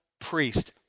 priest